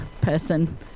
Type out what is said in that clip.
person